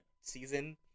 season